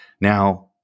Now